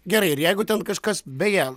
gerai ir jeigu ten kažkas beje